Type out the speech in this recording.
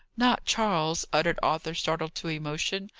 not charles! uttered arthur, startled to emotion.